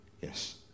Yes